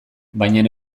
baina